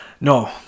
no